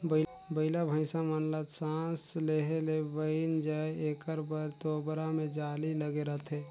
बइला भइसा मन ल सास लेहे ले बइन जाय एकर बर तोबरा मे जाली लगे रहथे